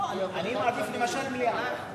אני מעדיף למשל מליאה.